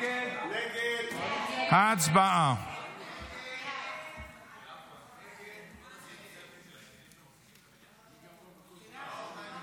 קארין אלהרר, מירב כהן, אלעזר שטרן, מיקי לוי,